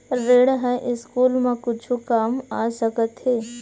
ऋण ह स्कूल मा कुछु काम आ सकत हे?